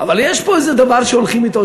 אבל יש פה איזה דבר שהולכים אתו,